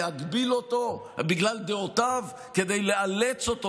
להגביל אותו בגלל דעותיו כדי לאלץ אותו,